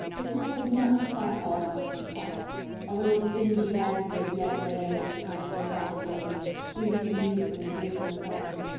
the snow was not quite all gone from the park a little dingy bank of it yet lay under the pines of the harbor road, screened from the influence of april suns.